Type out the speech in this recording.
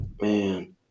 man